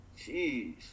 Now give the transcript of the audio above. Jeez